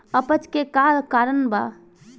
अपच के का कारण बा?